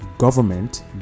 government